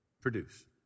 produce